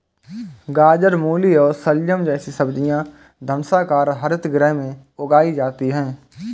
गाजर, मूली और शलजम जैसी सब्जियां धनुषाकार हरित गृह में उगाई जाती हैं